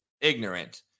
ignorant